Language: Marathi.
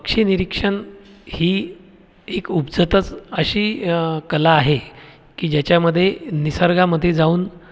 पक्षी निरीक्षण ही एक उपजतच अशी कला आहे की ज्याच्यामधे निसर्गामध्ये जाऊन